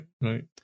right